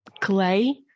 clay